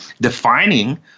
defining